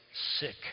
sick